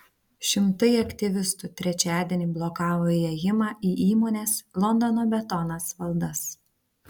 šimtai aktyvistų trečiadienį blokavo įėjimą į įmonės londono betonas valdas